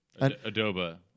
Adobo